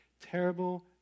terrible